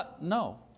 no